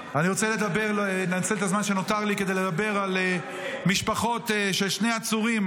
אני רוצה לנצל את הזמן שנותר לי כדי לדבר על משפחות של שני עצורים,